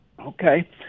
Okay